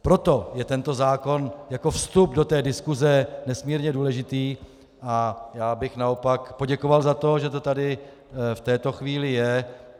Proto je tento zákon jako vstup do té diskuse nesmírně důležitý, a já bych naopak poděkoval za to, že to tady v této chvíli je.